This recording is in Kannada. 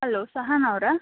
ಹಲೋ ಸಹನಾ ಅವರಾ